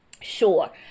Sure